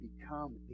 become